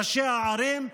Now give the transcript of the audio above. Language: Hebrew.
ראשי הערים,